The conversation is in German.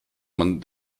man